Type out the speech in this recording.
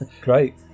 Great